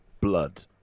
Blood